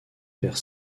vers